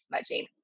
smudging